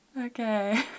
okay